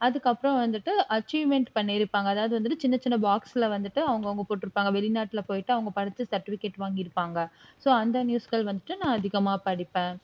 அதுக்கப்புறம் வந்துட்டு அச்சீவ்மென்ட் பண்ணியிருப்பாங்க அதாவது வந்துட்டு சின்ன சின்ன பாக்ஸில் வந்துட்டு அவங்கவுங்க போட்டிருப்பாங்க வெளிநாட்டில் போய்விட்டு அவங்க படித்து சர்டிஃபிகேட் வாங்கியிருப்பாங்க ஸோ அந்த நியூஸ்கள் வந்துட்டு நான் அதிகமாக படிப்பேன்